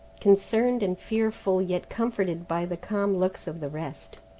concerned and fearful, yet comforted by the calm looks of the rest.